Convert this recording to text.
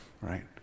right